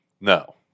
No